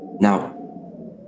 Now